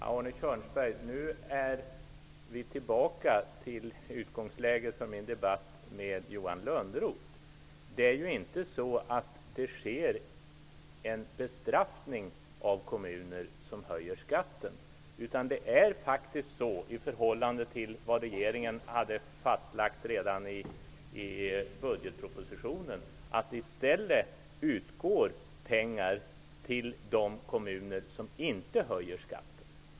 Herr talman! Nu är vi tillbaka till utgångsläget för min debatt med Johan Lönnroth. Det sker inte någon bestraffning av kommuner som höjer skatten. I motsats till vad regeringen redan anfört i budgetpropositionen utgår det i stället pengar till de kommuner som inte höjer skatten.